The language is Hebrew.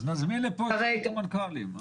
אז נזמין לפה את המנכ"לים.